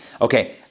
Okay